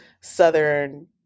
Southern